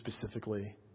specifically